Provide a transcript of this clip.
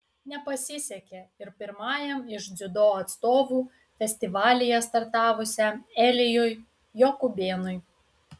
nepasisekė ir pirmajam iš dziudo atstovų festivalyje startavusiam elijui jokubėnui